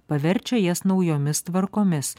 paverčia jas naujomis tvarkomis